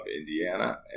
Indiana